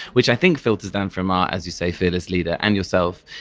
which i think filters down from our, as you say, fearless leader, and yourself.